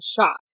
shot